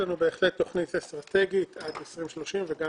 יש לנו בהחלט תוכנית אסטרטגית עד 2030 וגם